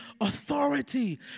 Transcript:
authority